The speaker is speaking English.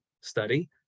study